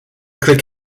click